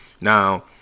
now